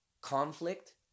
Conflict